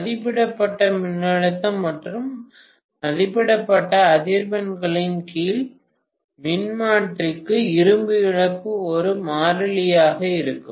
மதிப்பிடப்பட்ட மின்னழுத்தம் மற்றும் மதிப்பிடப்பட்ட அதிர்வெண்களின் கீழ் மின்மாற்றிக்கு இரும்பு இழப்பு ஒரு மாறிலியாக இருக்கும்